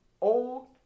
old